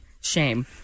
Shame